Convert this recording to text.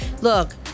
Look